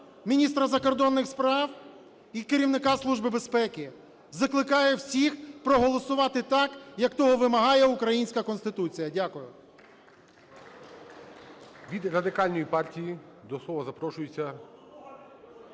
міністра закордонних справ і керівника Служби безпеки. Закликаю всіх проголосувати так, як того вимагає українська Конституція. Дякую.